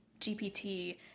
GPT